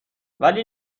ولی